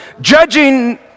judging